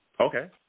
Okay